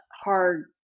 hard